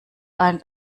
ein